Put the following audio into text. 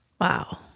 Wow